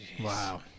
wow